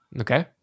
Okay